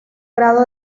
grado